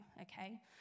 okay